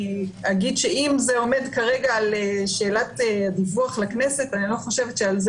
אני אגיד שאם זה עומד כרגע על שאלת דיווח לכנסת אני לא חושבת שעל זה